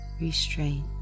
Restraint